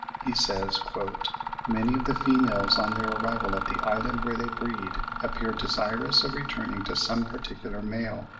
he says, many of the females on their arrival at the island where they breed appear desirous of returning to some particular male,